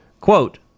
quote